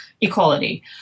equality